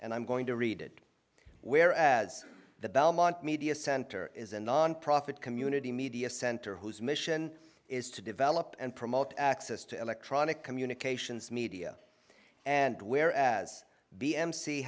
and i'm going to read it whereas the belmont media center is a nonprofit community media center whose mission is to develop and promote access to electronic communications media and where as b m c